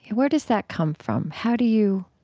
where does that come from? how do you